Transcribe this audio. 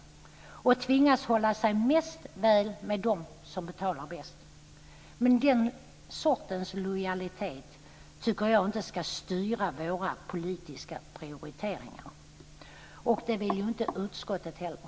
Partierna skulle tvingas hålla sig mest väl med dem som betalar bäst. Den sortens lojalitet tycker jag inte ska styra våra politiska prioriteringar. Det vill inte utskottet heller.